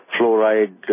fluoride